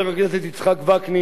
חבר הכנסת אלכס מילר,